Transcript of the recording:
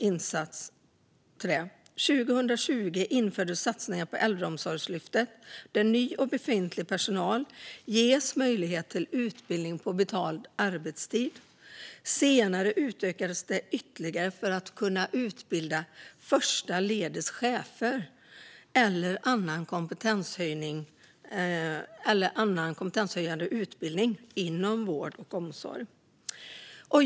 År 2020 infördes satsningen Äldreomsorgslyftet. Ny och befintlig personal ges möjlighet till utbildning på betald arbetstid. Senare utökades satsningen ytterligare till att utbilda första ledets chefer och till annan kompetenshöjande utbildning inom vård och omsorg.